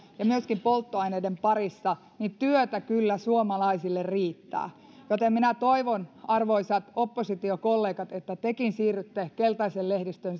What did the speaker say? ja myöskin polttoaineiden parissa niin työtä kyllä suomalaisille riittää joten minä toivon arvoisat oppositiokollegat että tekin siirrytte keltaisen lehdistön